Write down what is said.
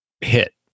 hit